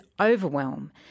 overwhelm